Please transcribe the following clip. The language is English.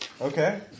Okay